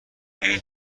این